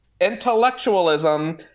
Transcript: intellectualism